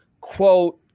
quote